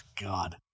God